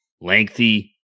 lengthy